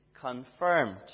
confirmed